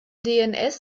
dns